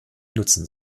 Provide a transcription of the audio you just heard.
nutzen